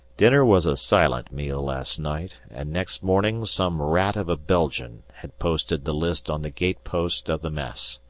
dinner was a silent meal last night, and next morning some rat of a belgian had posted the list on the gatepost of the mess.